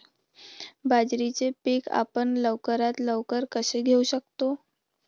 बाजरीचे पीक आपण लवकरात लवकर कसे घेऊ शकतो?